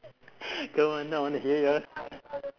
come on I want to hear yours